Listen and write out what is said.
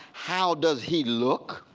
how does he look,